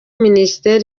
minisiteri